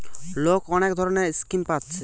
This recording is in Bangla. লোক অনেক ধরণের স্কিম পাচ্ছে